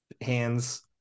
hands